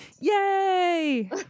Yay